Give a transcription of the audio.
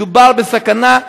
מדובר בסכנה,